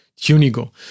Tunigo